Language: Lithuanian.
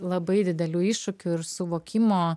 labai didelių iššūkių ir suvokimo